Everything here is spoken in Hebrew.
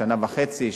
שנה וחצי,